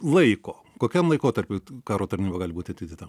laiko kokiam laikotarpiui karo tarnyba gali būt atidėta